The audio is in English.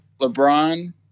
LeBron